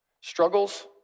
struggles